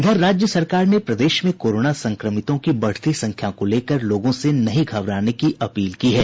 इधर राज्य सरकार ने प्रदेश में कोरोना संक्रमितों की बढ़ती संख्या को लेकर लोगों से नहीं घबराने की अपील की है